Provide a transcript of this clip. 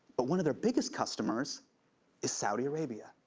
but one of their biggest customers is saudi arabia.